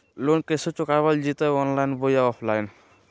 Loan कैसे चुकाबल जयते ऑनलाइन बोया ऑफलाइन?